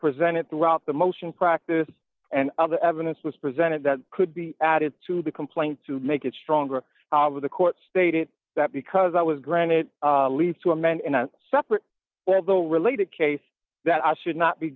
presented throughout the motion practice and the evidence was presented that could be added to the complaint to make it stronger with the court stated that because i was granted leave to amend in a separate although related case that i should not be